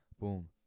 Boom